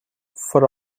for